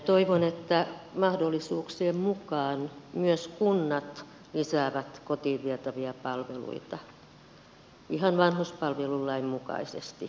toivon että mahdollisuuksien mukaan myös kunnat lisäävät kotiin vietäviä palveluita ihan vanhuspalvelulain mukaisestikin